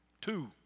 Two